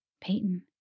Peyton